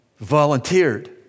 volunteered